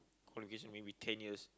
qualification maybe ten years